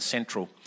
Central